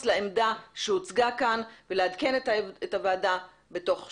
לעמדה שהוצגה כאן ולעדכן את הוועדה בתוך שבוע.